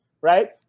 right